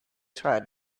tried